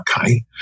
Okay